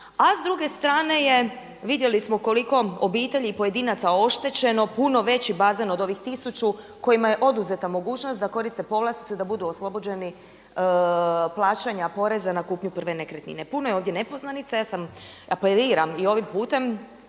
A s druge strane je, vidjeli smo koliko obitelji i pojedinaca oštećeno, puno veći baze od ovih tisuću kojima je oduzeta mogućnost da koriste povlasticu i da budu oslobođeni plaćanja poreza na kupnju prve nekretnine. Puno je ovdje nepoznanica. Ja sam, apeliram i ovim putem